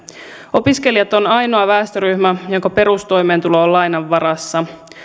opiskelijat ovat ainoa väestöryhmä jonka perustoimeentulo on lainan varassa